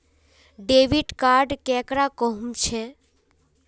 Debit card केकरा कहुम छे?